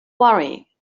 worry